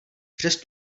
přes